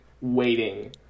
waiting